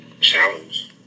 challenge